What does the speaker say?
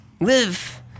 live